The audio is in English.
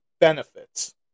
benefits